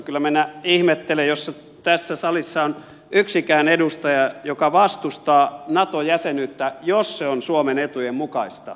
kyllä minä ihmettelen jos tässä salissa on yksikään edustaja joka vastustaa nato jäsenyyttä jos se on suomen etujen mukaista